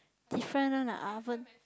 different one ah oven